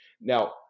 Now